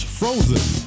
frozen